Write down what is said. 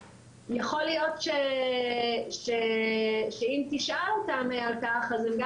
יכול להיות שאם תשאל אותם על כך הם גם